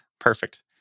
Perfect